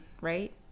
right